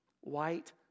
White